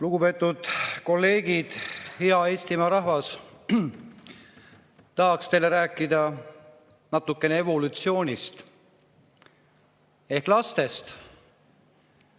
Lugupeetud kolleegid! Hea Eestimaa rahvas! Tahaksin teile rääkida natukene evolutsioonist ehk lastest,